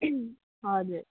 हजुर